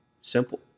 Simple